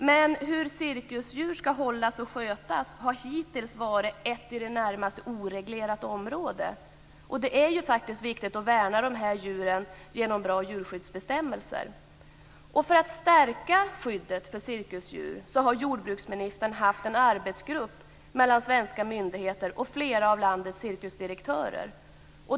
Men hur cirkusdjur ska hållas och skötas har hittills varit ett i det närmaste oreglerat område. Det är ju faktiskt viktigt att värna de här djuren genom bra djurskyddsbestämmelser. För att stärka skyddet för cirkusdjur har jordbruksministern haft en arbetsgrupp mellan svenska myndigheter och flera av landets cirkusdirektörer.